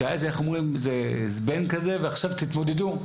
שזה זבנג כזה ועכשיו תתמודדו.